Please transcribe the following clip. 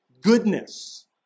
goodness